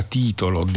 titolo